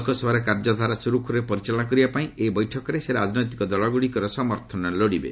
ଲୋକସଭାରେ କାର୍ଯ୍ୟଧାରା ସୁରୁଖୁରୁରେ ପରିଚାଳନା କରିବା ପାଇଁ ଏହି ବୈଠକରେ ସେ ରାଜନୈତିକ ଦଳଗୁଡ଼ିକର ସମର୍ଥନ ଲୋଡିବେ